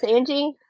Angie